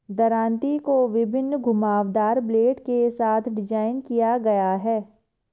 दरांती को विभिन्न घुमावदार ब्लेड के साथ डिज़ाइन किया गया है